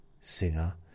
singer